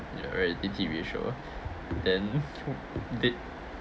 ya reality T_V show then did